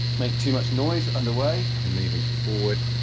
make too much noise underway, and moving forward,